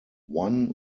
one